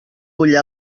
ull